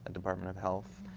department of health.